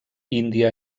índia